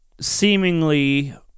seemingly